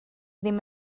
ddim